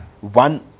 One